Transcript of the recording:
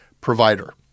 provider